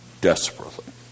desperately